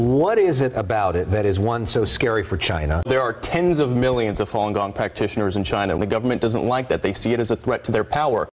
what is it about it that is one so scary for china there are tens of millions of hong kong practitioners in china where government doesn't like that they see it as a threat to their power